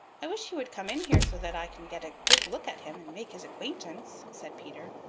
i wish he would come in here so that i can get a good look at him and make his acquaintance, said peter.